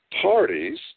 parties